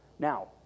Now